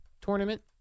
tournament